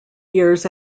years